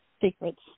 secrets